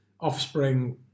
Offspring